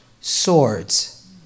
swords